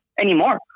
anymore